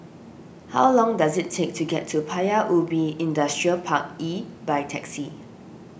how long does it take to get to Paya Ubi Industrial Park E by taxi